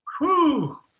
whoo